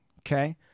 okay